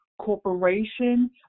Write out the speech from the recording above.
corporation